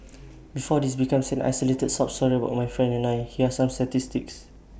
before this becomes an isolated sob story about my friend and I here are some statistics